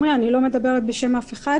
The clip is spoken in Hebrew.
אני לא מדברת בשום אף אחד